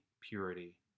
purity